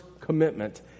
commitment